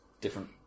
different